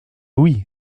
oui